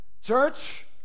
Church